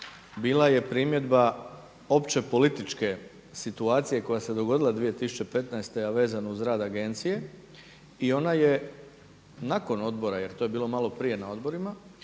bila je primjedba opće političke situacije koja se dogodila 2015., a vezano uz rad Agencije i ona je nakon odbora jer to je bilo malo prije na odborima